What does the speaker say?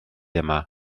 yma